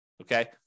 Okay